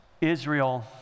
Israel